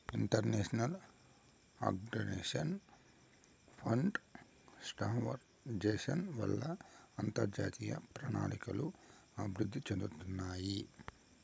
international Organization for Standardization వల్ల అంతర్జాతీయ ప్రమాణాలు అభివృద్ధి చెందుతాయి